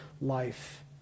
life